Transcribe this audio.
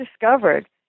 discovered